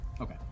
Okay